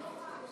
נורא.